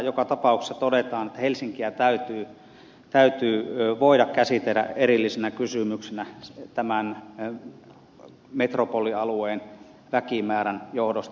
joka tapauksessa todetaan että helsinkiä täytyy voida käsitellä erillisenä kysymyksenä tämän metropolialueen väkimäärän johdosta